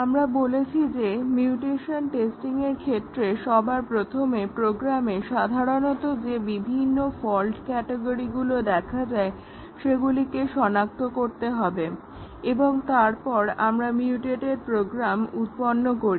আমরা বলেছি যে মিউটেশন টেস্টিংয়ের ক্ষেত্রে সবার প্রথমে প্রোগ্রামে সাধারণত যে বিভিন্ন ফল্ট ক্যাটাগরিগুলো দেখা যায় সেগুলিকে শনাক্ত করতে হবে এবং তারপর আমরা মিউটেটেড প্রোগ্রাম উৎপন্ন করি